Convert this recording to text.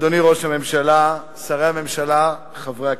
אדוני ראש הממשלה, שרי הממשלה וחברי הכנסת,